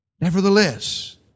Nevertheless